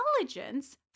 intelligence